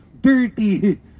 dirty